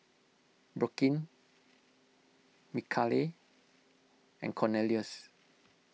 Brooklynn Michale and Cornelius